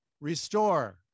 restore